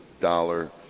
dollar